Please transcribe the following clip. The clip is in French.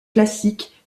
classique